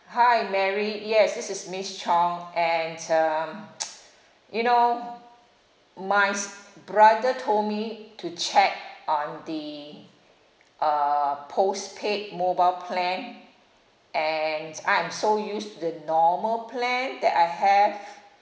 hi mary yes this is miss chong and um you know my s~ brother told me to check on the uh postpaid mobile plan and I am so used to the normal plan that I have